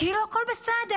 כאילו הכול בסדר.